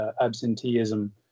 absenteeism